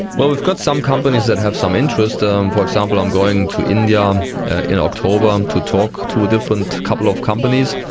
but we've got some companies that have some interest. um for example, i'm going to india um in october um to talk to a different couple of companies,